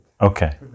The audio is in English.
Okay